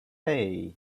hey